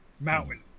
mountain